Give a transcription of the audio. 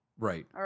Right